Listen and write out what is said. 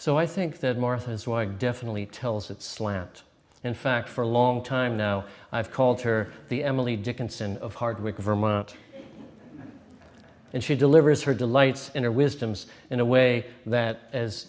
so i think that martha's y definitely tells its slant in fact for a long time now i've called her the emily dickinson of hardwick vermont and she delivers her delights in a wisdoms in a way that as